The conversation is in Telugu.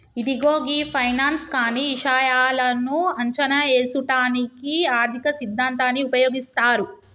ఇదిగో గీ ఫైనాన్స్ కానీ ఇషాయాలను అంచనా ఏసుటానికి ఆర్థిక సిద్ధాంతాన్ని ఉపయోగిస్తారు